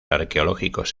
arqueológicos